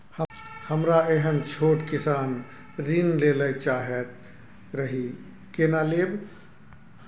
हमरा एहन छोट किसान ऋण लैले चाहैत रहि केना लेब?